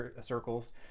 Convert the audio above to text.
circles